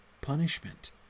punishment